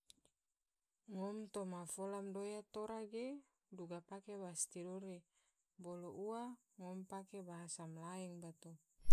Ngom toma fola madoya tora ge duga pake bahasa tidore, bolo ua ngom pake bahasa malaeng bato.